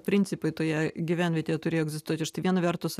principai toje gyvenvietėje turėjo egzistuoti štai viena vertus